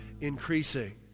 Increasing